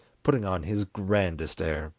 putting on his grandest air,